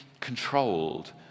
controlled